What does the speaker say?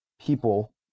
people